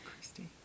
christy